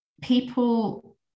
people